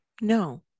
No